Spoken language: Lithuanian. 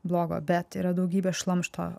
blogo bet yra daugybė šlamšto